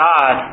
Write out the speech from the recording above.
God